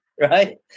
right